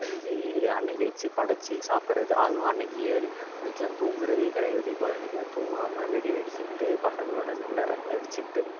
செஞ்சு அன்னைக்கு வெச்சு படைத்து சாப்பிட்றது அதுவும் அன்னைக்கு இயரி அன்னைக்குலாம் தூங்குவதே கிடையாது தீபாவளி அன்னைக்குலாம் தூங்காமல் வெடி வெடித்துக்கிட்டு பசங்களோடு நல்லா ரகளை அடித்துக்கிட்டு